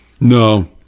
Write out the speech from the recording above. No